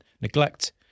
neglect